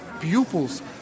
pupils